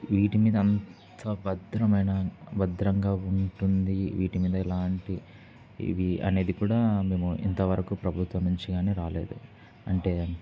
వీటి మీద అంత భద్రమైన భద్రంగా ఉంటుంది వీటి మీద ఎలాంటి ఇవి అనేది కూడా మేము ఇంతవరకు ప్రభుత్వం నుంచి కానీ రాలేదు అంటే